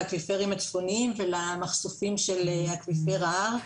לאקוויפרים הצפוניים ולמחשופים של אקוויפר ההר.